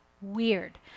weird